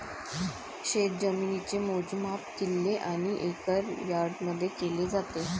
शेतजमिनीचे मोजमाप किल्ले आणि एकर यार्डमध्ये केले जाते